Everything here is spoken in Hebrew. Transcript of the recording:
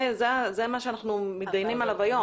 זה מה שאנחנו מתדיינים עליו היום.